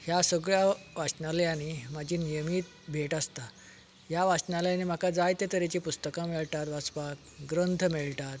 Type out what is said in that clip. ह्या सगळ्यां वाचनालयांनी म्हाजी नियमीत भेट आसता ह्या वाचनालयांनी म्हाका जायते तरेचीं पुस्तकां मेळटात वाचपाक ग्रंथ मेळटात